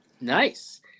Nice